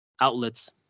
outlets